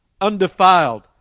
undefiled